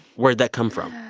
where'd that come from?